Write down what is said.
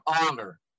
honor